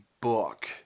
book